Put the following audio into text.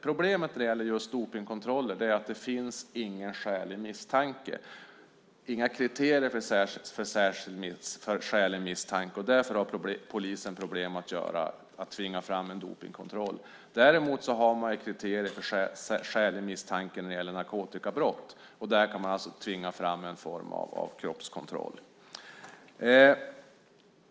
Problemet när det gäller dopningskontroller är att det inte finns några kriterier för skälig misstanke. Därför har polisen problem att tvinga fram en dopningskontroll. Däremot har man kriterier för skälig misstanke när det gäller narkotikabrott, och där kan man tvinga fram en form av kroppskontroll.